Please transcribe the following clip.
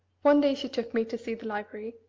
one day she took me to see the library,